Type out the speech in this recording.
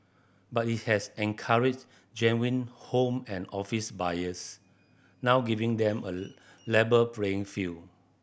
but it has encouraged genuine home and office buyers now giving them a playing field